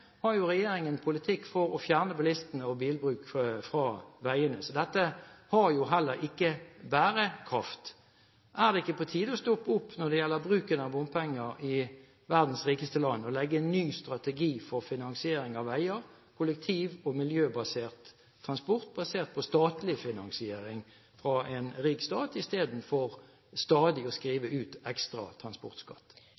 har jo regjeringen en politikk som går ut på å fjerne bilistene og bilbruk fra veiene, så dette har jo heller ikke bærekraft. Er det ikke på tide å stoppe opp når det gjelder bruken av bompenger i verdens rikeste land, og legge en ny strategi for finansiering av veier og kollektiv- og miljøbasert transport, basert på statlig finansiering fra en rik stat,